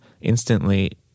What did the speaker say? instantly